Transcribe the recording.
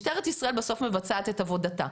משטרת ישראל בסוף מבצעת את עבודתה.